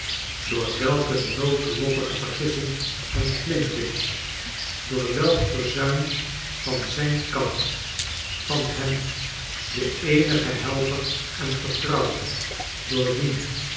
door welke noodlottige vergissing van flint winch door welk verzuim van zijn kant van hem den eenigen helper en vcrtronwde door wien